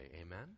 amen